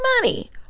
money